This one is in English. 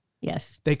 Yes